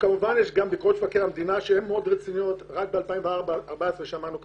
יש ביקורות מבקר המדינה שהן מאוד רציניות כמו ששמענו מקודם.